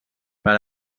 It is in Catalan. per